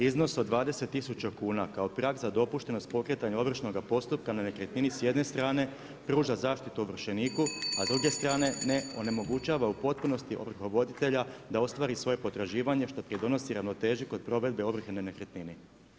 Iznos od 20000 kuna kao prag za dopuštenost pokretanja ovršnoga postupka na nekretnini sa jedne strane pruža zaštitu ovršeniku, a s druge strane onemogućava u potpunosti ovrhovoditelja da ostvari svoje potraživanje što pridonosi ravnoteži kod provedbe ovrhe na nekretnini.